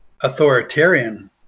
authoritarian